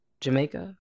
Jamaica